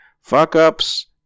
fuck-ups